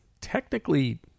technically